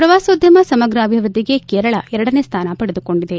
ಪ್ರವಾಸೋದ್ದಮ ಸಮಗ್ರ ಅಭಿವ್ದದ್ದಿಗೆ ಕೇರಳ ಎರಡನೇ ಸ್ವಾನ ಪಡೆದುಕೊಂಡಿದೆ